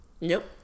Nope